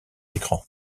écran